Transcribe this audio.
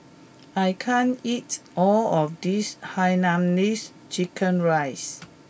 I can't eat all of this Hainanese Chicken Rice